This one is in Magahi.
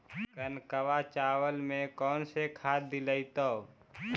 कनकवा चावल में कौन से खाद दिलाइतै?